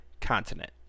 continent